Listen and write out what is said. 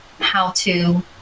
how-to